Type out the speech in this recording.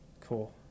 Cool